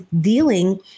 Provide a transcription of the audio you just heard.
dealing